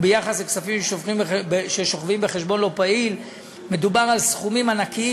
וביחס לכספים ששוכבים בחשבון לא פעיל מדובר על סכומים ענקיים.